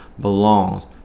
belongs